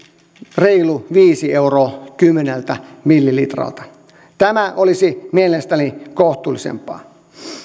reilu viisi euroa kymmeneltä millilitralta tämä olisi mielestäni kohtuullisempaa